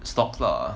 stocks lah